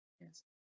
Yes